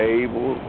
able